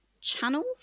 channels